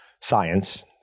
science